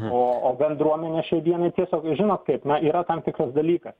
o o bendruomenė šiai dienai tiesiog žinot kaip na yra tam tikras dalykas